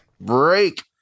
break